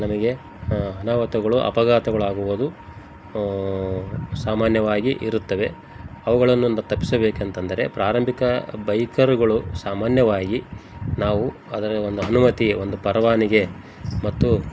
ನಮಗೆ ಅನಾಹುತಗಳು ಅಪಘಾತಗಳಾಗುವುದು ಸಾಮಾನ್ಯವಾಗಿ ಇರುತ್ತವೆ ಅವುಗಳನ್ನು ಒಂದು ತಪ್ಪಿಸಬೇಕೆಂತಂದರೆ ಪ್ರಾರಂಭಿಕ ಬೈಕರುಗಳು ಸಾಮಾನ್ಯವಾಗಿ ನಾವು ಅದರ ಒಂದು ಅನುಮತಿ ಒಂದು ಪರವಾನಿಗೆ ಮತ್ತು